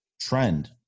trend